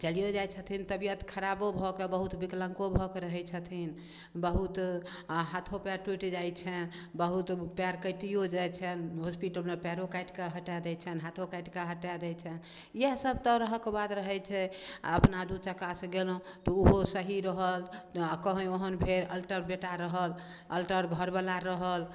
चलियौ जै छथिन तबियत खराबो भऽ कऽ बहुत बिकलाङ्गो भऽ कऽ रहै छथिन बहुत हाथो पएर टूटि जाइ छनि बहुत पएर कैटियो जाइ छनि होस्पिटलमे पएरो काटिके हटा दै छनि हाथो काटिके हटा दै छनि इएह सब तरहक बात रहै छै अपना दू चक्का से गेलहुॅं तऽ ओहो सही रहल आ कही ओहन भेल अल्टर बेटा रहल अल्टर घर बला रहल